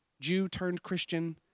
Jew-turned-Christian